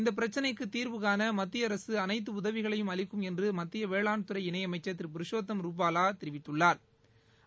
இந்தபிரச்சினைக்குதீாவுகாணமத்திய அரசு அனைத்துஉதவிகளையும் அளிக்கும் என்றுமத்தியவேளாண்துறை இணைஅமைச்சா் திரு புருஷோத்தம் ரூப்பாலாதெரிவித்துள்ளாா்